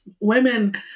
women